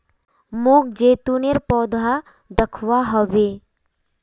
मोक जैतूनेर पौधा दखवा ह बे